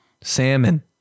Salmon